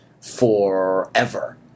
forever